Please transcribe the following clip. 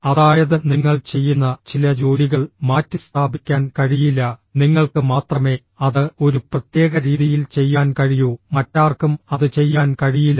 അതായത് നിങ്ങൾ ചെയ്യുന്ന ചില ജോലികൾ മാറ്റിസ്ഥാപിക്കാൻ കഴിയില്ല നിങ്ങൾക്ക് മാത്രമേ അത് ഒരു പ്രത്യേക രീതിയിൽ ചെയ്യാൻ കഴിയൂ മറ്റാർക്കും അത് ചെയ്യാൻ കഴിയില്ല